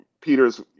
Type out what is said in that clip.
Peters